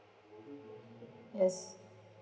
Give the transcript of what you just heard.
yes